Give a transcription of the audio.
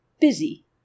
Busy